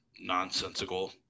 nonsensical